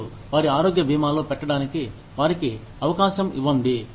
మరియు వారి ఆరోగ్య బీమాలో పెట్టడానికి వారికి అవకాశం ఇవ్వండి